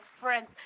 friends